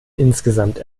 insgesamt